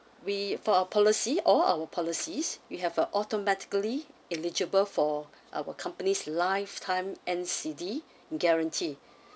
we for our policy all our policies we have a automatically eligible for our company's lifetime N_C_D guarantee